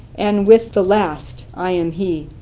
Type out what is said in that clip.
and with the last i am he.